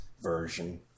version